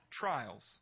trials